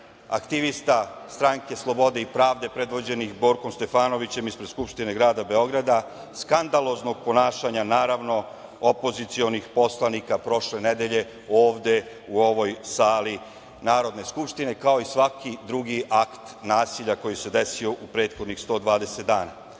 aktivista Stranke slobode i pravde prevođenih Borkom Stefanovićem ispred Skupštine Grada Beograda, skandaloznog ponašanja, naravno opozicionih poslanika prošle nedelje ovde u ovoj sali Narodne skupštine, kao i svaki drugi akt nasilja koji se desio u prethodnih 120